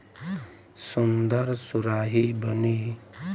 सुन्दर सुराही बनी